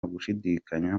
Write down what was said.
gushidikanya